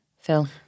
phil